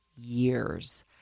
years